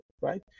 right